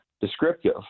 descriptive